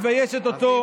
מביישת אותו.